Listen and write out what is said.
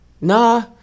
Nah